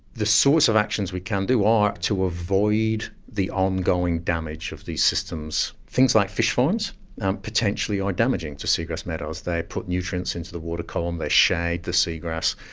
the sorts of actions we can do are to avoid the ongoing damage of these systems. things like fish farms potentially are damaging to seagrass meadows they put nutrients into the water column, they shade the seagrass,